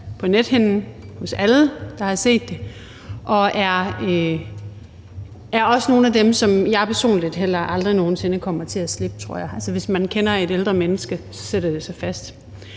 på nethinden hos alle, der har set dem, og som også er nogle af dem, som jeg personligt heller aldrig kommer til at slippe, tror jeg. Altså, hvis man kender et ældre menneske, sætter det sig fast.